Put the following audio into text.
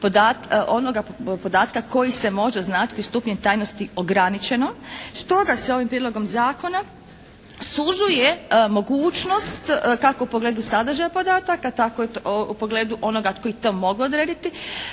onoga podatka koji se može označiti stupnjem tajnosti «ograničeno». Stoga se ovim Prijedlogom zakona sužuje mogućnost kako u pogledu sadržaja podataka tako u pogledu onoga tko je to mogao odrediti.